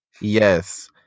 Yes